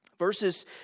Verses